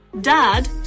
Dad